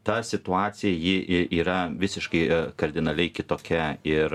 ta situacija ji yra visiškai kardinaliai kitokia ir